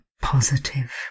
positive